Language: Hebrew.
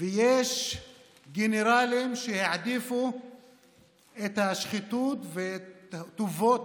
ויש גנרלים שהעדיפו את השחיתות ואת טובות